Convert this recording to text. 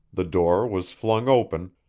the door was flung open,